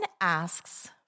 asks